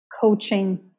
coaching